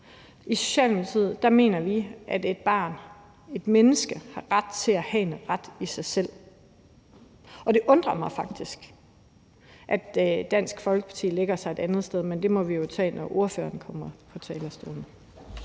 I Socialdemokratiet mener vi, at et barn, et menneske, har ret til at have en ret i sig selv. Og det undrer mig faktisk, at Dansk Folkeparti lægger sig et andet sted. Men det må vi jo tage, når ordføreren kommer på talerstolen.